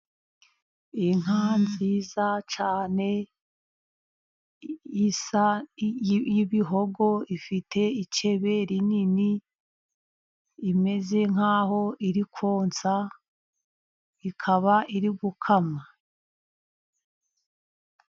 Inka nziza cyane isa y'ibihogo. Ifite icebe rinini, imeze nk'aho iri konsa ikaba iri gukamwa.